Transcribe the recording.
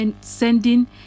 sending